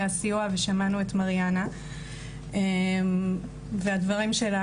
במרכזי הסיוע ושמענו את מריאנה והדברים שלה